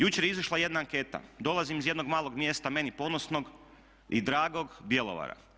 Jučer je izišla jedna anketa, dolazim iz jednog malog mjesta meni ponosnog i dragog Bjelovara.